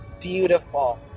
beautiful